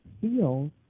feels